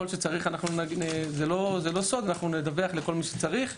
זה לא סוד, אנחנו נדווח לכל מי שצריך.